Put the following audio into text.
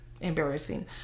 embarrassing